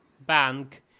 bank